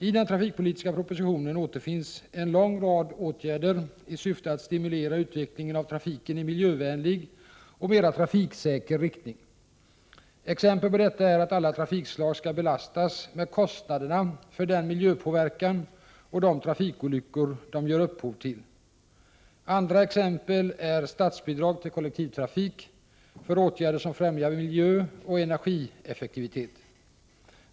I den trafikpolitiska propositionen återfinns en lång rad åtgärder i syfte att stimulera utvecklingen av trafiken i miljövänlig och mera trafiksäker riktning. Exempel på detta är att alla trafikslag skall belastas med kostnaderna för den miljöpåverkan och de trafikolyckor de ger upphov till. Andra exempel är statsbidrag till kollektivtrafik för åtgärder som främjar miljö och energieffektivitet.